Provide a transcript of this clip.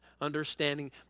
Understanding